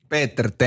Peter